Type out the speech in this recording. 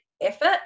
effort